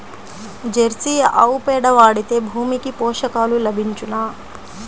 Jersey ఆవు పేడ వాడితే భూమికి పోషకాలు లభించునా?